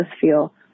feel